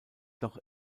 doch